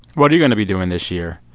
what are you going to be doing this year,